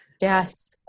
Yes